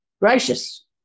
gracious